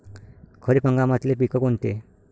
खरीप हंगामातले पिकं कोनते?